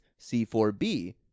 C4B